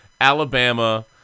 Alabama